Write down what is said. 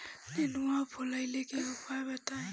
नेनुआ फुलईले के उपाय बताईं?